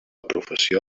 professió